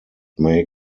may